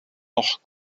noch